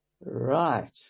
Right